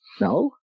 no